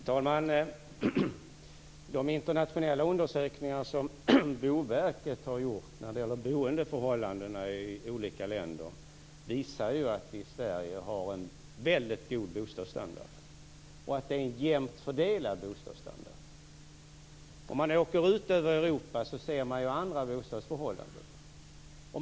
Fru talman! De internationella undersökningar som Boverket har gjort när det gäller boendeförhållandena i olika länder visar att vi i Sverige har en mycket god bostadsstandard och att det är en jämnt fördelad bostadsstandard. Om man åker ut i Europa ser man andra bostadsförhållanden.